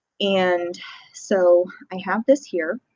and so, i have this here.